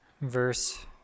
verse